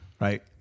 right